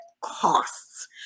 costs